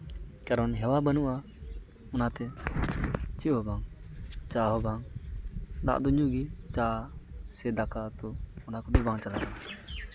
ᱠᱟᱨᱚᱱ ᱦᱮᱣᱟ ᱵᱟᱹᱱᱩᱜᱼᱟ ᱚᱱᱟᱛᱮ ᱪᱮᱫ ᱦᱚᱸᱵᱟᱝ ᱪᱟ ᱦᱚᱸᱵᱟᱝ ᱫᱟᱜ ᱫᱚ ᱧᱩ ᱜᱮ ᱪᱟ ᱥᱮ ᱫᱟᱠᱟ ᱩᱛᱩ ᱚᱱᱟ ᱠᱚᱫᱚ ᱵᱟᱝ ᱪᱟᱞᱟᱜᱼᱟ